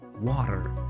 water